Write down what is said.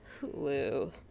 Hulu